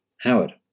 Howard